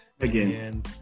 Again